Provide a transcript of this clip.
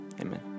Amen